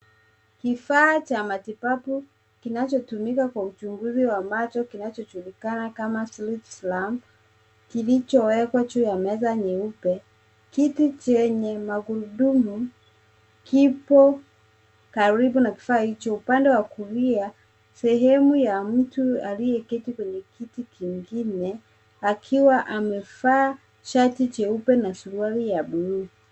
Kifaa cha matibabu kinachotumikwa kwa uchunguzi wa macho kinachojulikana kama slethslam kilichowekwa juu ya meza nyeupe. Kiti chenye magurudumu kipo karibu na kifaa hicho. Upande wa kulia sehemu ya mtu aliyeketi kwenye kiti kingine akiwa amevaa shati jeupe na suruali ya blue .